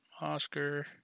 Oscar